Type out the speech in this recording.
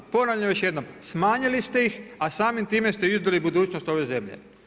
Ponavljam još jednom, smanjili ste ih, a samim time ste izdali budućnost ove zemlje.